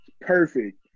Perfect